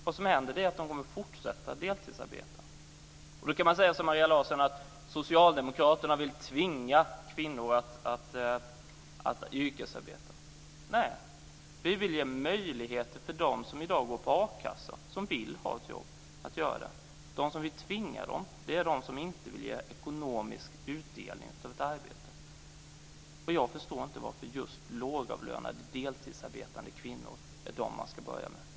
Vad som händer är att de kommer att fortsätta att deltidsarbeta. Då kan man säga som Maria Larsson, att socialdemokraterna vill tvinga kvinnor att yrkesarbeta. Nej, vi vill ge möjlighet för dem som i dag går på a-kassa och vill ha ett jobb att få det. De som vill tvinga kvinnorna är de som inte vill ge ekonomisk utdelning av ett arbete. Jag förstår inte varför just lågavlönade deltidsarbetande kvinnor är de man ska börja med.